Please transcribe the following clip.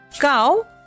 Cow